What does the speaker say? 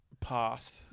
past